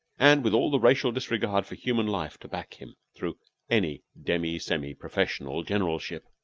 and with all the racial disregard for human life to back him, through any demi-semi-professional generalship.